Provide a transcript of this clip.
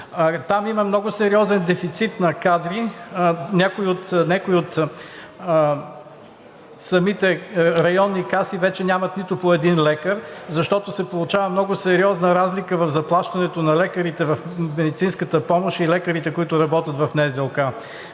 Там има много сериозен дефицит на кадри. Някои от самите районни каси вече нямат нито един лекар, защото се получава много сериозна разлика в заплащането на лекарите в медицинската помощ и лекарите, които работят в НЗОК.